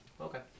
Okay